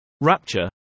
Rapture